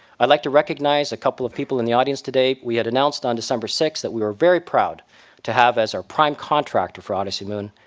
i'd like to recognize a couple of people in the audience today. we had announced on december sixth that we are very proud to have as our prime contractor for odyssey moon,